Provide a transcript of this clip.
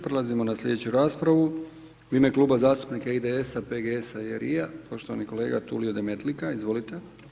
Prelazimo na sljedeću raspravu, u ime Kluba zastupnika IDS-a, PGS-a i RI-a poštovani kolega Tulio Demetlika, izvolite.